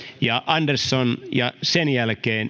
ja andersson sen jälkeen